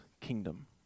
kingdom